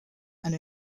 and